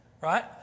Right